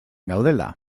gaudela